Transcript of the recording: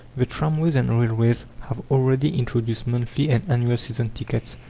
the tramways and railways have already introduced monthly and annual season tickets,